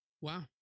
Wow